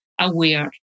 aware